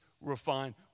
refined